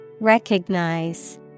recognize